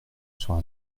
sur